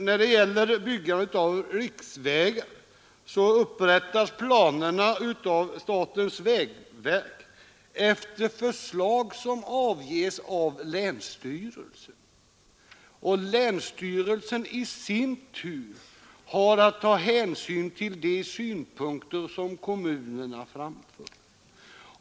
När det gäller byggandet av riksvägar upprättas planerna av statens vägverk efter förslag som avges av länsstyrelsen. Länsstyrelsen i sin tur har att ta hänsyn till de synpunkter som kommunerna framför.